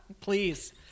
Please